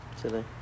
today